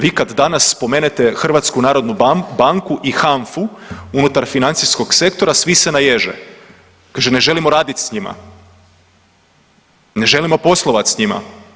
Vi kad danas spomenete HNB i HANFA-u unutar financijskog sektora svi se naježe, kaže ne želimo radit s njima, ne želimo poslovat s njima.